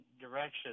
direction